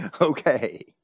okay